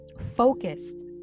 focused